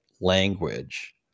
language